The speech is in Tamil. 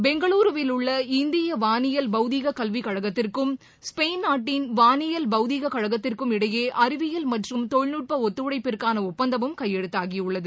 பெங்களூருவில் உள்ள இந்திய வாளியல் பௌதீக கல்விக் கழகத்திற்கும் ஸ்பெயின் நாட்டின் வாளியல் பௌதீக கழகத்திற்கும் இடையே அறிவியல் மற்றும் தொழில்நுட்ப ஒத்துழைப்பிற்கான ஒப்பந்தமும் கையெழுத்தாகி உள்ளது